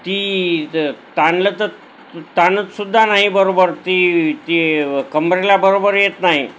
ती त ताणलं तर ताणतसुद्धा नाही बरोबर ती ती कंबरेला बरोबर येत नाही